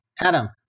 Adam